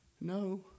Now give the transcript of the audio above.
No